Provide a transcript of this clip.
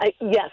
Yes